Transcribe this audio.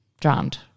drowned